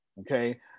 okay